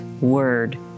Word